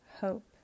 hope